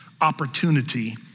opportunity